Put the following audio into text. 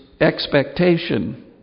expectation